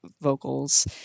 vocals